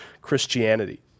Christianity